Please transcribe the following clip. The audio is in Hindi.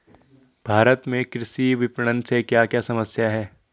भारत में कृषि विपणन से क्या क्या समस्या हैं?